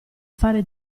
fare